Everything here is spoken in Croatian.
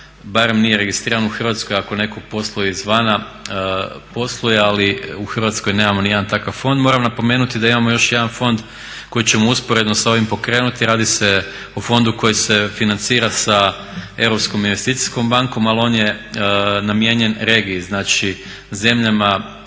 barem nije registriran u Hrvatskoj. Ako netko posluje iz vana posluje ali u Hrvatskoj nemamo niti jedan takav fond. Moram napomenuti da imamo još jedan fond koji ćemo usporedno sa ovim pokrenuti, radi se o fondu koji se financira sa Europskom investicijskom bankom ali on je namijenjen regiji, znači zemljama